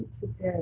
today